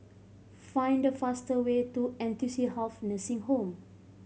find the fast way to N T C Health Nursing Home